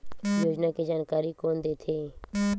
योजना के जानकारी कोन दे थे?